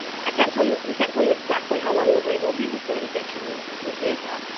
i can't tell you we can't tell you exactly how long the wait will be before you get your your visa,